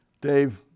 Dave